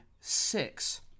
six